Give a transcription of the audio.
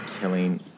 killing